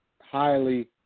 highly